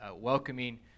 welcoming